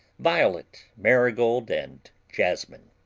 violet, marigold and jasmine.